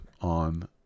on